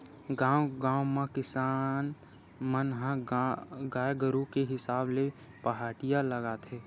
गाँव गाँव म किसान मन ह गाय गरु के हिसाब ले पहाटिया लगाथे